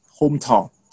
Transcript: hometown